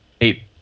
eight